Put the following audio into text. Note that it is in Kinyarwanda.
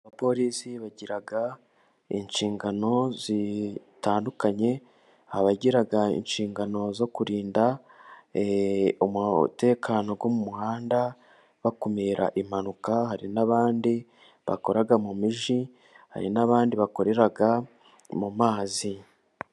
Abapolisi bagira inshingano zitandukanye. Abagira inshingano zo kurinda umutekano wo mu muhanda, bakumira impanuka. Hari n'abandi bakoraga mu Mijyi. Hari n'abandi bakorera mu mazi.